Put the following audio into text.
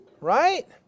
right